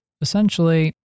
essentially